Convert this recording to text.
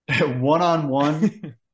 one-on-one